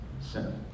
sin